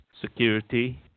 security